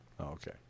Okay